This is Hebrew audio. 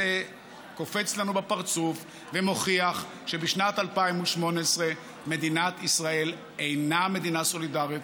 זה קופץ לנו בפרצוף ומוכיח שבשנת 2018 מדינת ישראל אינה מדינה סולידרית,